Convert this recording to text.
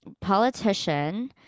politician